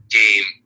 game